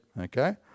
okay